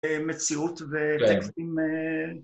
מציאות וטקסטים